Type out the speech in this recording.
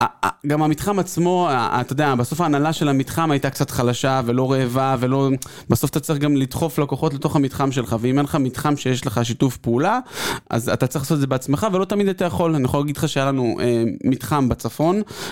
גם המתחם עצמו, אתה יודע, בסוף ההנהלה של המתחם הייתה קצת חלשה ולא רעבה ולא... בסוף אתה צריך גם לדחוף לקוחות לתוך המתחם שלך, ואם אין לך מתחם שיש לך שיתוף פעולה, אז אתה צריך לעשות את זה בעצמך, ולא תמיד אתה יכול. אני יכול להגיד לך שהיה לנו מתחם בצפון.